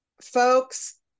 folks